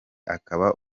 akaba